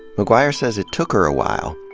mcguire says it took her awhile,